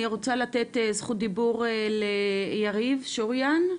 אני רוצה לתת זכות דיבור ליריב שוריאן,